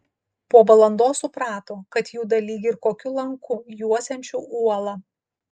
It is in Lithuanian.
po valandos suprato kad juda lyg ir kokiu lanku juosiančiu uolą